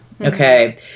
okay